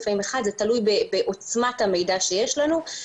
זה תלוי בעוצמת המידע שיש לנו.